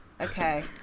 okay